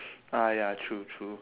ah ya true true